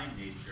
nature